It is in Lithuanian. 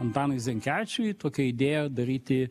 antanui zenkevičiui tokią idėją daryti